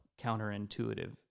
counterintuitive